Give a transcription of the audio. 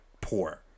poor